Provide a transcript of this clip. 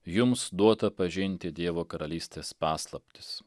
jums duota pažinti dievo karalystės paslaptis